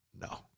No